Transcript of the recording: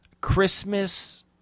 Christmas